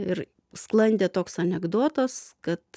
ir sklandė toks anekdotas kad